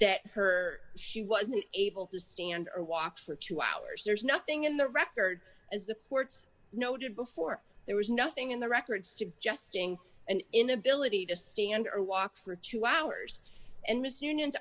that her she wasn't able to stand or walk for two hours there's nothing in the record as the ports noted before there was nothing in the record suggesting an inability to stand or walk for two hours and miss unions